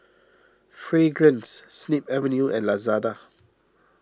Fragrance Snip Avenue and Lazada